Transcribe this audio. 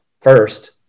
first